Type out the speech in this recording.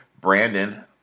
Brandon